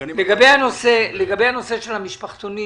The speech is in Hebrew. לגבי הנושא של המשפחתונים